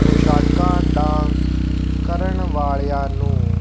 ਪੋਸ਼ਾਕਾਂ dance ਕਰਨ ਵਾਲਿਆਂ ਨੂੰ